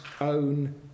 own